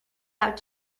out